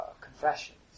confessions